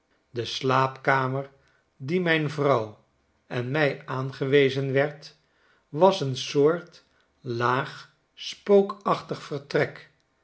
de slaapkamer die mijn vrouw en mij aangewezen werd was een groot laag spookachtig vertrek